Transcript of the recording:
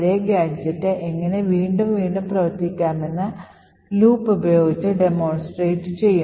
ഒരേ ഗാഡ്ജെറ്റ് എങ്ങനെ വീണ്ടും വീണ്ടും പ്രവർത്തിപ്പിക്കാമെന്ന് ലൂപ്പ് ഉപയോഗിച്ച് demonstrate ചെയ്യും